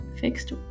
fixed